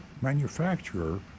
manufacturer